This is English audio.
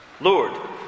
Lord